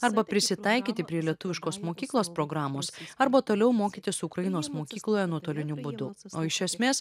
arba prisitaikyti prie lietuviškos mokyklos programos arba toliau mokytis ukrainos mokykloje nuotoliniu būdu o iš esmės